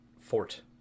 fort